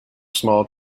small